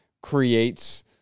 creates